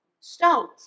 stones